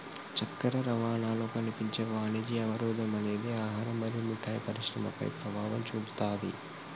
చక్కెర రవాణాలో కనిపించే వాణిజ్య అవరోధం అనేది ఆహారం మరియు మిఠాయి పరిశ్రమపై ప్రభావం చూపుతాది